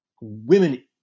women